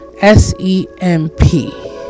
s-e-m-p